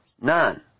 none